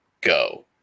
go